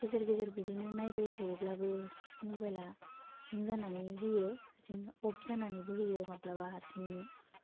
गेजेर गेजेर बिदिनो नायबाय थायोब्लाबो मबाइला हें जानानै होयो जेनेबा अफ जानानैबो होयो माब्लाबा हारसिंनो